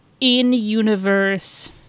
In-universe